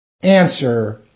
Answer